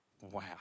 wow